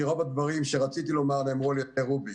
כי רוב הדברים שרציתי לומר נאמרו על ידי רוביק.